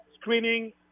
screening